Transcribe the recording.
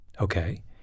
Okay